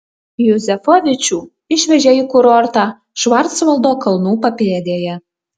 juzefovičių išvežė į kurortą švarcvaldo kalnų papėdėje